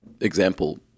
example